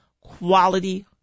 quality